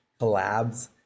collabs